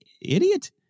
idiot